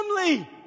family